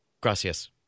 Gracias